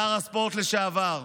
שר הספורט לשעבר.